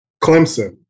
Clemson